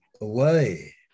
away